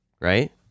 Right